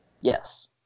Yes